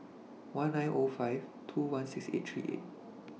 one nine five two one six eight three eight